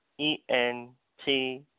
E-N-T